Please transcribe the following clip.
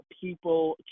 people